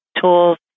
tools